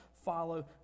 follow